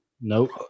Nope